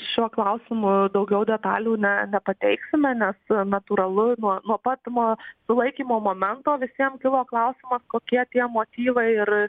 šiuo klausimu daugiau detalių ne nepateiksime nes natūralu nuo nuo pat ma sulaikymo momento visiem kilo klausimas kokie tie motyvai ir